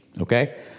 okay